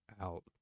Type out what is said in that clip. out